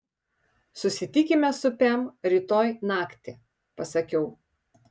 susitikime su pem rytoj naktį pasakiau